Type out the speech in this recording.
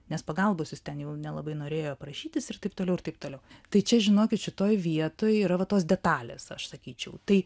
nes pagalbos jis ten jau nelabai norėjo prašytis ir taip toliau ir taip toliau tai čia žinokit šitoj vietoj yra va tos detalės aš sakyčiau tai